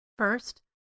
First